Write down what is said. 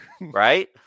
right